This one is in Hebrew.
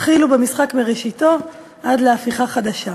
התחילו במשחק מראשיתו עד להפיכה חדשה".